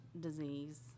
disease